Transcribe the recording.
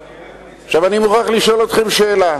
עכשיו, אני מוכרח לשאול אתכם שאלה.